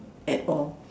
at all